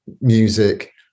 music